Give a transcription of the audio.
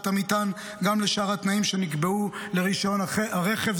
המטען גם לשאר התנאים שנקבעו לרישיון הרכב.